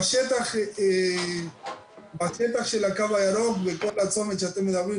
בשטח של הקו הירוק בכל הצומת שאתם מדברים,